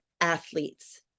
athletes